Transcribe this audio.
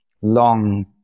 long